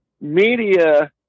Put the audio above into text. media